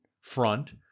front